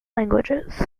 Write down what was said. languages